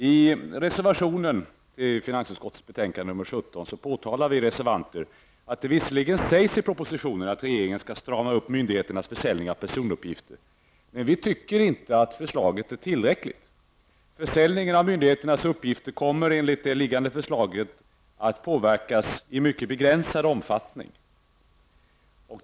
Herr talman! I reservationen påtalar vi reservanter att det visserligen sägs i propositionen att regeringen skall strama upp myndigheternas försäljning av personuppgifter. Men vi tycker inte att förslaget är tillräckligt. Försäljningen av myndigheternas uppgifter kommer i det föreliggande förslaget att inskränkas i mycket begränsad omfattning.